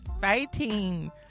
fighting